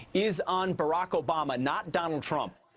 is on barack obama, not donald trump.